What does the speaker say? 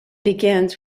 begins